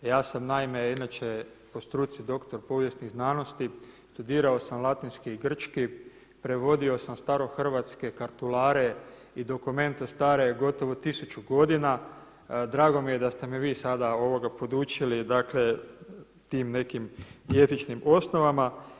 Ja sam naime inače po struci doktor povijesnih znanosti, studirao sam latinski i grčki, prevodio sam starohrvatske kartulare i dokumente stare gotovo 1000 godina, drago mi je da ste me vi sada podučili dakle tim nekim jezičnim osnovama.